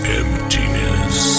emptiness